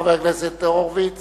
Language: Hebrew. חבר הכנסת הורוביץ